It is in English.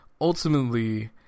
ultimately